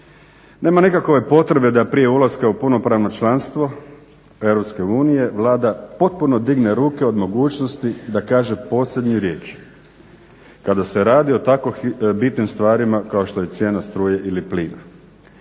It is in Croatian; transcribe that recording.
Nema nikakve potrebe da prije ulaska u punopravno članstvo EU Vlada potpuno digne ruke od mogućnosti da kaže posljednju riječ, kada se radi o tako bitnim stvarima kao što je cijena struje ili plina.